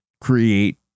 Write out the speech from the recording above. create